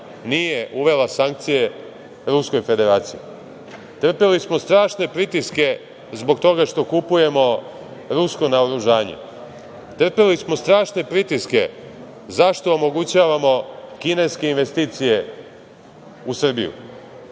nije uvela sankcije Ruskoj Federaciji. Trpeli smo strašne pritiske zbog toga što kupujemo rusko naoružanje. Trpeli smo strašne pritiske zašto omogućavamo kineske investicije u Srbiju